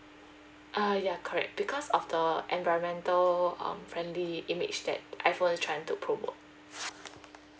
uh ya correct because of the environmental um friendly image that iphone is trying to promote